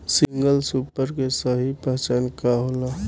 Single super के सही पहचान का होला?